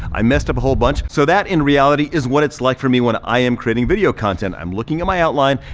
i messed up a whole bunch. so that, in reality, is what it's like for me when i am creating video content. i'm looking at my outline,